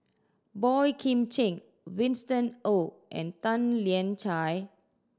Boey Kim Cheng Winston Oh and Tan Lian Chye